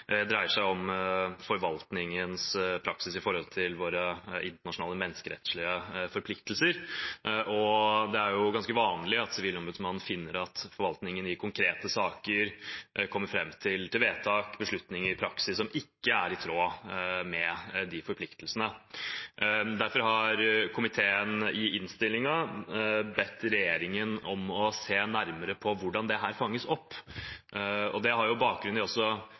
dreier seg om forvaltningens praksis i forhold til våre internasjonale menneskerettslige forpliktelser. Det er ganske vanlig at Sivilombudsmannen finner at forvaltningen i konkrete saker kommer fram til vedtak, beslutninger, praksis som ikke er i tråd med de forpliktelsene. Derfor har komiteen i innstillingen bedt regjeringen om å se nærmere på hvordan dette fanges opp. Det har bakgrunn i også